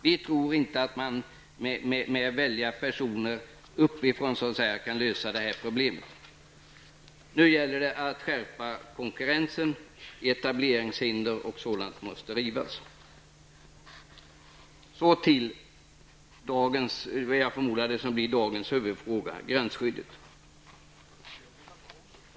Vi tror inte att man genom att välja personer uppifrån kan lösa detta problem. Nu gäller det att skärpa konkurrensen. Etableringshinder och liknande måste rivas. Så till det som jag förmodar blir dagens huvudfråga, nämligen gränsskyddet.